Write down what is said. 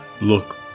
look